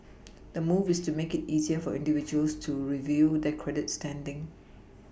the move is to make it easier for individuals to review their credit standing